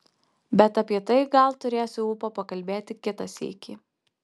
bet apie tai gal turėsiu ūpo pakalbėti kitą sykį